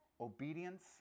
Obedience